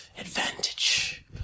advantage